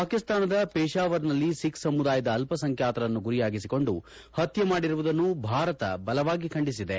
ಪಾಕಿಸ್ತಾನದ ಪೇಷಾವರ್ ನಲ್ಲಿ ಸಿಖ್ ಸಮುದಾಯದ ಅಲ್ಪಸಂಖ್ಯಾಶರನ್ನು ಗುರಿಯಾಗಿಸಿಕೊಂಡು ಪತ್ತೆ ಮಾಡಿರುವುದನ್ನು ಭಾರತ ಬಲವಾಗಿ ಖಂಡಿಸಿದೆ